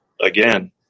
again